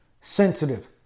sensitive